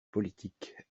politique